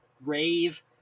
rave